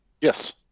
Yes